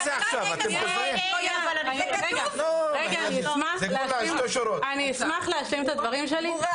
אני אשמח להשלים את הדברים שלי.